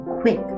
quick